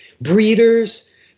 breeders